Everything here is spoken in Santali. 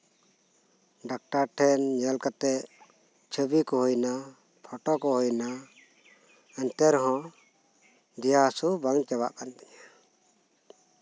ᱰᱟᱠᱛᱟᱨ ᱴᱷᱮᱱ ᱧᱮᱞ ᱠᱟᱛᱮ ᱪᱷᱚᱵᱤ ᱠᱚ ᱦᱩᱭᱮᱱᱟ ᱯᱷᱚᱴᱚ ᱠᱚ ᱦᱩ ᱮᱱᱟ ᱮᱱᱛᱮᱨᱮᱦᱚᱸ ᱫᱮᱭᱟ ᱦᱟᱥᱩ ᱵᱟᱝ ᱪᱟᱵᱟᱜ ᱠᱟᱱ ᱛᱤᱧᱟᱹ